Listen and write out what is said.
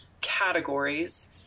categories